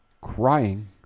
Crying